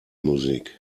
musik